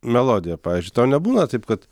melodija pavyzdžiui tau nebūna taip kad